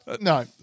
No